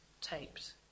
taped